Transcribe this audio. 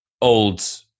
old